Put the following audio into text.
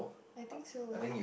I think so